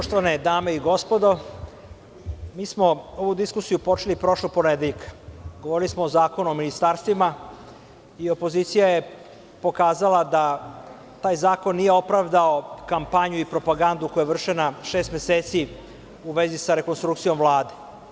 Poštovane dame i gospodo narodni poslanici, mi smo ovu diskusiju počeli prošlog ponedeljka, govorili smo o Zakonu o ministarstvima i opozicija je pokazala da taj zakon nije opravdao kampanju i propagandu koja je vršena šest meseci u vezi sa rekonstrukcijom Vlade.